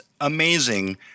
amazing